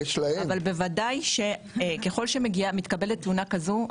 אבל ככל שמתקבלת תלונה כזו,